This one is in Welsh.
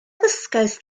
ddysgaist